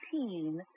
18